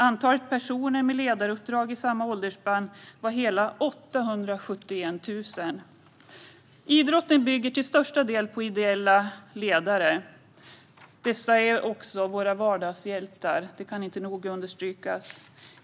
Antalet personer med ledaruppdrag i samma åldersspann var hela 871 000. Idrotten bygger till största del på ideella ledare. Dessa är våra vardagshjältar; det kan inte nog understrykas.